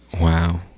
Wow